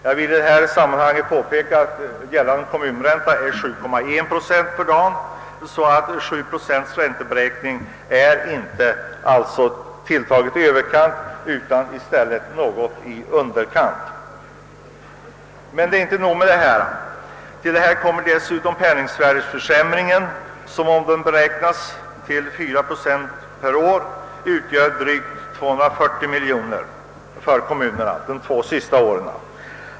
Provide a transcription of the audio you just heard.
Jag vill i detta sammanhang påpeka att gällande kommunränta är 7,1 procent, så att beräkningen av 7 procent ränta inte är tilltagen i överkant utan i stället något i underkant. Men inte nog med detta: därtill kommer penningvärdeförsämringen som, om den beräknas till 4 procent per år, motsvarar drygt 240 miljoner för kom munerna för de två sista åren.